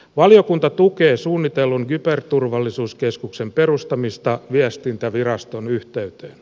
valiokunta tukee suunnitellun kyberturvallisuuskeskuksen perustamista viestintäviraston yhteyteen